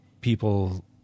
people